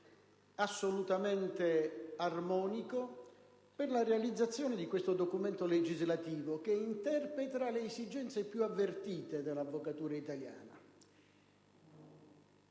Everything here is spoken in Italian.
assolutamente armonico per la realizzazione di un documento legislativo che interpreta le esigenze più avvertite dell'avvocatura italiana.